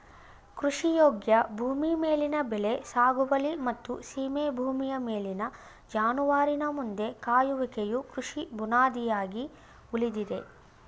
ಕೃಷಿಯೋಗ್ಯ ಭೂಮಿ ಮೇಲಿನ ಬೆಳೆ ಸಾಗುವಳಿ ಮತ್ತು ಸೀಮೆ ಭೂಮಿಯ ಮೇಲಿನ ಜಾನುವಾರಿನ ಮಂದೆ ಕಾಯುವಿಕೆಯು ಕೃಷಿ ಬುನಾದಿಯಾಗಿ ಉಳಿದಿದೆ